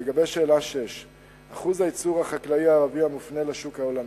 6. אחוז היצוא החקלאי הערבי המופנה לשוק העולמי.